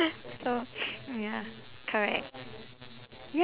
so ya correct